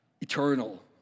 Eternal